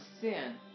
sin